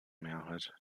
mehrheit